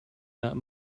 not